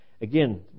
again